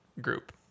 group